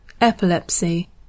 epilepsy